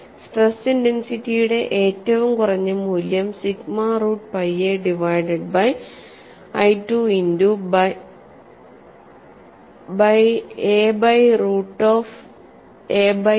stress ഇന്റെൻസിറ്റിയുടെ ഏറ്റവും കുറഞ്ഞ മൂല്യം sigma root pi A divided by I2 into root of A by C